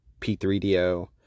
P3DO